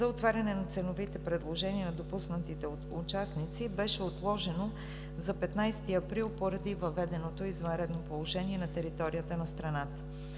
за отваряне на ценовите предложения на допуснатите участници беше отложено за 15 април поради въведеното извънредно положение на територията на страната.